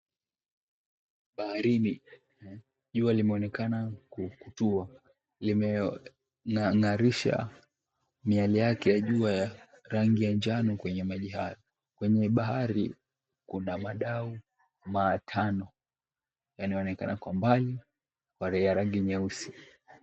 Baharini jua limeonekana kutua limeoang'arisha miale yake ya jua ya rangi ya njano kwenye maji hayo. Kwenye bahari kuna madau matano yaani wanaonekana kwa mbali ya rangi nyeusi.